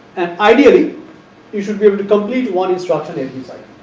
and ideally you should be able to complete one instruction every cycle.